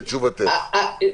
תשובתך.